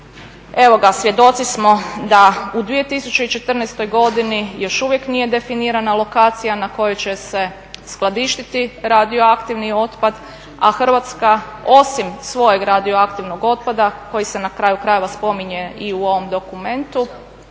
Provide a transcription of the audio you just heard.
evo svjedoci smo da u 2014. godini još uvijek nije definirana lokacija na kojoj će se skladištiti radioaktivni otpad, a Hrvatska osim svojeg radioaktivnog otpada koji se na kraju krajeva spominje i u ovom dokumentu,